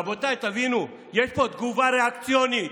רבותיי, תבינו, יש פה תגובה ריאקציונית,